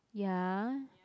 ya